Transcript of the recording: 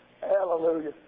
Hallelujah